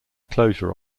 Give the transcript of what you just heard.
closure